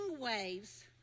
waves